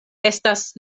estas